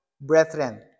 brethren